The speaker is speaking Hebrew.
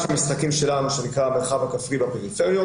המשחקים שלנו שנקרא המרחב הכפרי בפריפריות.